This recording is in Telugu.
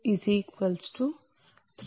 334 184